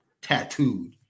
tattooed